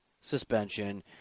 suspension